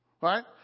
right